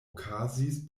okazis